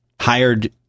hired